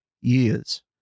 years